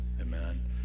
Amen